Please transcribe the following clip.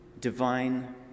divine